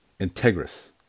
Integris